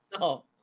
No